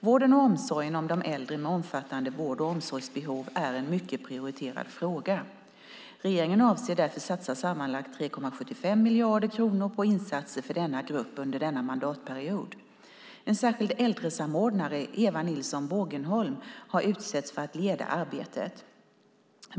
Vården och omsorgen om de äldre med omfattande vård och omsorgsbehov är en mycket prioriterad fråga. Regeringen avser därför att satsa sammanlagt 3,75 miljarder kronor på insatser för den gruppen under denna mandatperiod. En särskild äldresamordnare, Eva Nilsson Bågenholm, har utsetts för att leda arbetet.